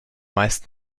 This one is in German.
meist